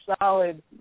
solid